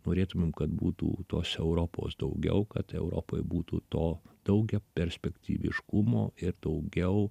norėtumėm kad būtų tos europos daugiau kad europoj būtų to daugiaperspektyviškumo ir daugiau